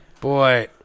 Boy